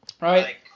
right